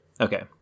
Okay